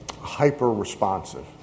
hyper-responsive